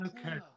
okay